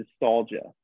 nostalgia